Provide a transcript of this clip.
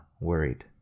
worried